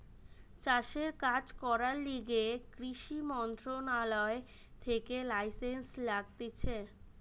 চাষের কাজ করার লিগে কৃষি মন্ত্রণালয় থেকে লাইসেন্স লাগতিছে